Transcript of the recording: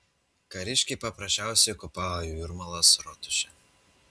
kariškiai paprasčiausiai okupavo jūrmalos rotušę